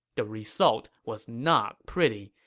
the result was not pretty,